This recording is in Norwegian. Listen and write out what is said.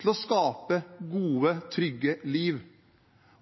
til å skape gode, trygge liv.